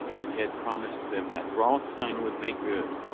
and had promised them that rothstein would make good.